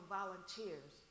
volunteers